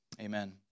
Amen